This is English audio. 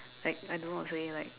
like I don't know how to say like